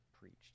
preached